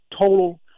total